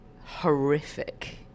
horrific